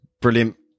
brilliant